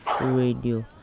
radio